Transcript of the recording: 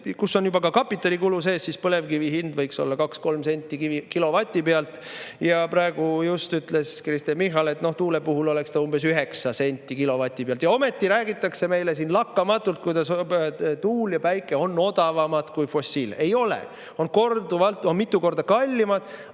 kus on juba ka kapitalikulu sees, siis põlevkivi hind võiks olla 2–3 senti kilovati pealt. Just praegu ütles Kristen Michal, et tuule puhul oleks hind umbes 9 senti kilovati pealt. Ja ometi räägitakse meile siin lakkamatult, et tuul ja päike on odavamad kui fossiilkütus. Ei ole! On mitu korda kallimad,